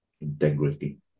integrity